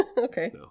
okay